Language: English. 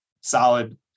solid